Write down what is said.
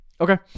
Okay